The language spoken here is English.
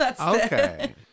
Okay